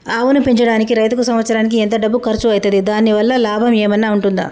ఆవును పెంచడానికి రైతుకు సంవత్సరానికి ఎంత డబ్బు ఖర్చు అయితది? దాని వల్ల లాభం ఏమన్నా ఉంటుందా?